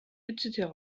etc